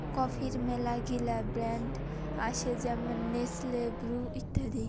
কফির মেলাগিলা ব্র্যান্ড আসে যেমন নেসলে, ব্রু ইত্যাদি